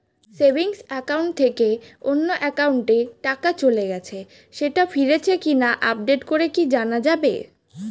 Savings account থেকে অন্য একাউন্টে টাকা চলে গেছে সেটা ফিরেছে কিনা আপডেট করে কি জানা যাবে?